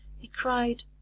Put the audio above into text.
he cried,